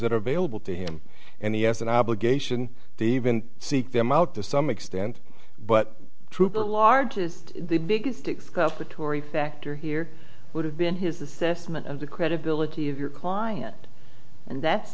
that are available to him and the as an obligation to even seek them out to some extent but trooper largest the biggest excuse the tory factor here would have been his assessment of the credibility of your client and that's